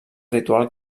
ritual